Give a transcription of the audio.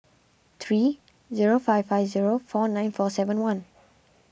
three zero five five zero four nine four seven one